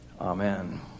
Amen